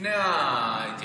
לפני ההתיישבות.